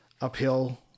uphill